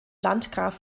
landgraf